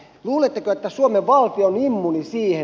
luuletteko että suomen valtio on immuuni siihen